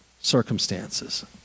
circumstances